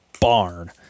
barn